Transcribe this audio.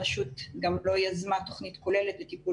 הרשות גם לא יזמה תוכנית כוללת לטיפול